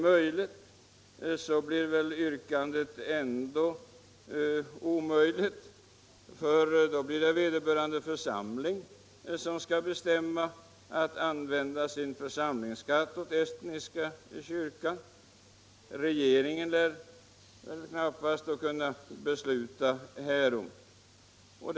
Om det kan ske blir väl yrkandet i praktiken ändå omöjligt för då skall vederbörande församling bestämma sig för att använda sin församlingsskatt till bidrag åt denna kyrka. Regeringen lär knappast kunna besluta härom.